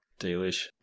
delish